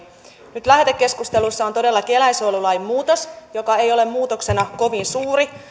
nyt lähetekeskustelussa on todellakin eläinsuojelulainmuutos joka ei ole muutoksena kovin suuri